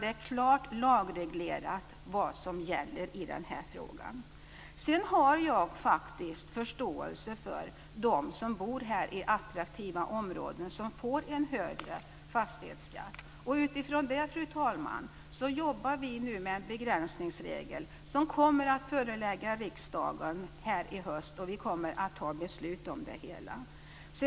Det är klart lagreglerat vad som gäller i den här frågan. Sedan har jag faktiskt förståelse för dem som bor i attraktiva områden och som får en högre fastighetsskatt. Utifrån det, fru talman, jobbar vi nu med en begränsningsregel, som kommer att föreläggas riksdagen i höst. Vi kommer att ta beslut om det hela.